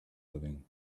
living